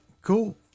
Cool